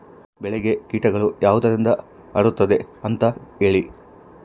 ಬೆಳೆಗೆ ಕೇಟಗಳು ಯಾವುದರಿಂದ ಹರಡುತ್ತದೆ ಅಂತಾ ಹೇಳಿ?